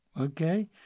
Okay